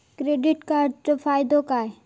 Credit कार्डाचो फायदो काय?